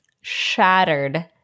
shattered